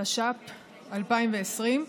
התש"ף 2020,